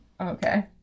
Okay